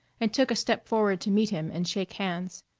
and took a step forward to meet him and shake hands.